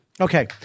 Okay